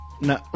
No